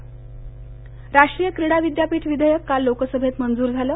क्रीडा विद्यापीठ राष्ट्रीय क्रीडा विद्यापीठ विधेयक काल लोकसभेत मंजूर झालं